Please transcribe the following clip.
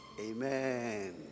Amen